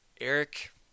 Eric